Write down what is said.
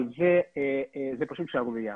אבל זו פשוט שערורייה.